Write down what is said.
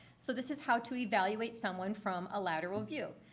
so this is how to evaluate someone from a lateral view.